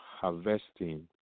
harvesting